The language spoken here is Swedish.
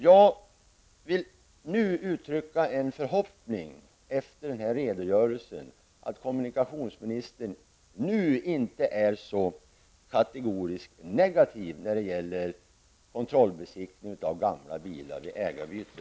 Jag vill efter den här redogörelsen uttrycka en förhoppning om att kommunikationsministern nu inte är så kategoriskt negativ när det gäller kontrollbesiktning av gamla bilar vid ägarbyte.